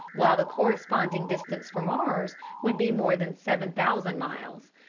while the corresponding distance for mars would be more than seven thousand miles.